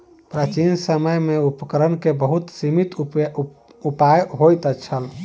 प्राचीन समय में उपकरण के बहुत सीमित उपाय होइत छल